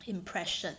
impression